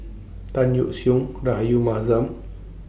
Tan Yeok Seong Rahayu Mahzam